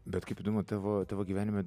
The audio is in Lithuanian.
bet kaip įdomu tavo tavo tavo gyvenime